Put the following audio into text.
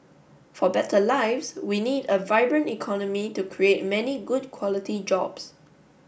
for better lives we need a vibrant economy to create many good quality jobs